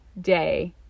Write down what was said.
day